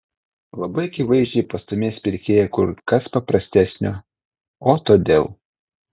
labai akivaizdžiai pastūmės pirkėją kur kas paprastesnio o todėl